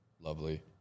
lovely